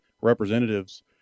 representatives